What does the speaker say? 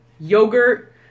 Yogurt